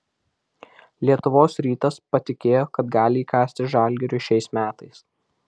lietuvos rytas patikėjo kad gali įkasti žalgiriui šiais metais